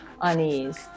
unease